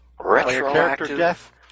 retroactive